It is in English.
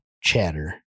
chatter